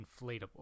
inflatable